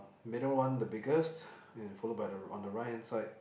middle one the biggest and follow by the on the right hand side